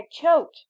choked